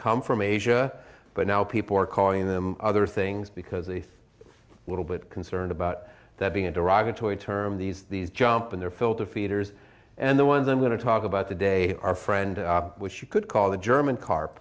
come from asia but now people are calling them other things because if a little bit concerned about that being a derogatory term these these jump in their filter feeders and the ones i'm going to talk about the day our friend which you could call the german carp